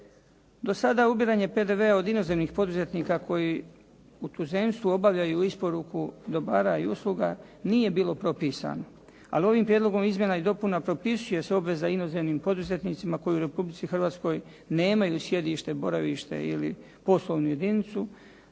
Do sada ubiranje PDV-a od inozemnih poduzetnika koji u tuzemstvu obavljaju isporuku dobara i usluga nije bilo propisano. Ali ovim prijedlogom izmjena i dopuna propisuje se obveza inozemnim poduzetnicima koji u Republici Hrvatskoj nemaju sjedište, boravište ili poslovnu jedinicu,